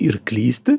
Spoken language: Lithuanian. ir klysti